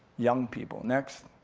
young people, next.